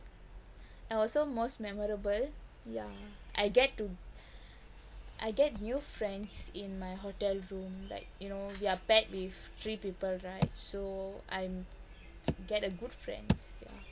and also most memorable yeah I get to I get new friends in my hotel room like you know they're packed with three people right so I'm get a good friends yeah